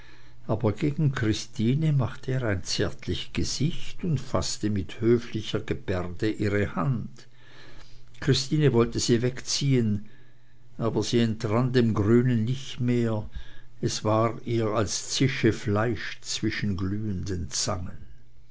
aber gegen christine machte er ein zärtlich gesicht und faßte mit höflicher gebärde ihre hand christine wollte sie wegziehen aber sie entrann dem grünen nicht mehr es war ihr als zische fleisch zwischen glühenden zangen